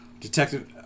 detective